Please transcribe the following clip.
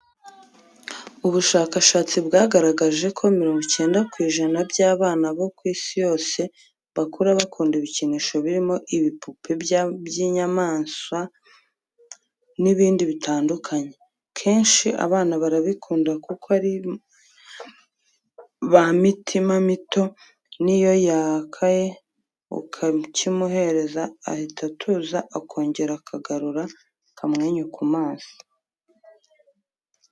Ubushakashatsi bwagaragaje ko mirongo cyenda ku ijana by'abana bo ku isi yose bakura bakunda ibikinisho birimo ibipupe by'inyamaswa n'ibindi bitandukanye. Kenshi abana barabikunda kuko ari ba mitima mito niyo yaakaye ukakimuhereza ahita atuza akongera akagarura akamwenyu ku maso.